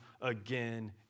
again